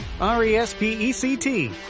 R-E-S-P-E-C-T